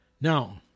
Now